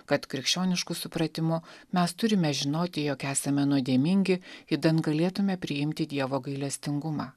kad krikščionišku supratimu mes turime žinoti jog esame nuodėmingi idant galėtume priimti dievo gailestingumą